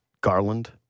Garland